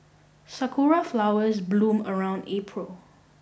sakura flowers bloom around April